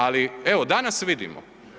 Ali, evo, danas vidimo.